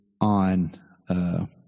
on